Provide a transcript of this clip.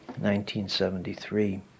1973